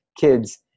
kids